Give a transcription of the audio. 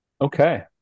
okay